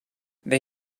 they